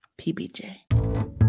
PBJ